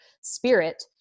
spirit